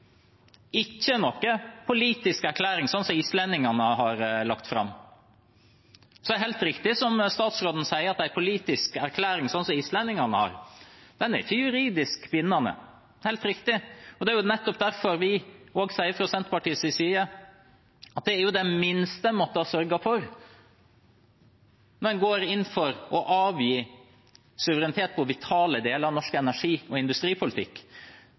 ikke noen politisk erklæring slik islendingene har lagt fram. Det er helt riktig som statsråden sier, at en politisk erklæring som den islendingene har, ikke er juridisk bindende. Det er helt riktig. Det er nettopp derfor vi fra Senterpartiets side sier at det er det minste en måtte ha sørget for når en går inn for å avgi suverenitet på vitale deler av norsk energi- og industripolitikk.